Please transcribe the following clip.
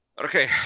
Okay